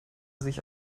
sich